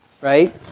right